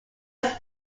was